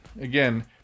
Again